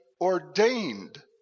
ordained